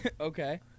Okay